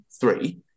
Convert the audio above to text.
three